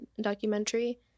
documentary